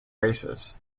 races